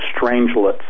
strangelets